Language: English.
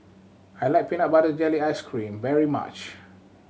I like peanut butter jelly ice cream very much